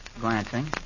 glancing